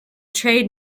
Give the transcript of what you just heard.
trade